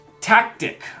tactic